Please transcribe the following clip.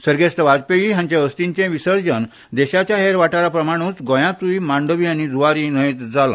सर्गेस्त वाजपेयी हांचे अस्थींचे विर्सजन देशाच्या हेर वाठारा प्रमाणूच गोयातूय मांडवी आनी ज़ुवारी न्हयत जाला